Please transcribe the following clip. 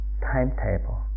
timetable